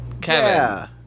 Kevin